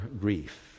grief